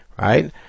Right